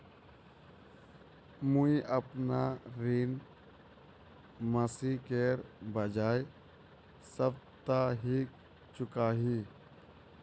मुईअपना ऋण मासिकेर बजाय साप्ताहिक चुका ही